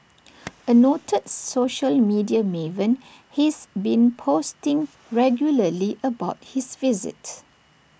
A noted social media maven he's been posting regularly about his visit